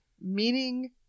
meaning-